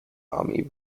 army